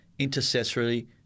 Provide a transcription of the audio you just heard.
Intercessory